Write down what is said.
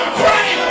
pray